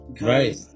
Right